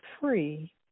free